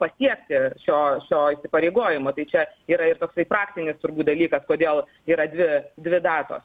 pasiekti šio šio įpareigojimo tai čia yra ir toksai praktinis turbūt dalykas kodėl yra dvi dvi datos